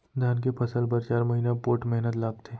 धान के फसल बर चार महिना पोट्ठ मेहनत लागथे